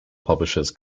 publishes